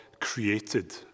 created